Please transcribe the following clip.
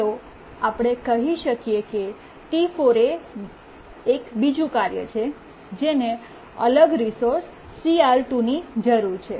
ચાલો આપણે કહી શકીએ કે T 4 એ એક બીજું કાર્ય છે જેને અલગ રિસોર્સ CR2 ની જરૂર છે